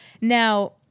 Now